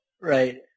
Right